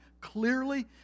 clearly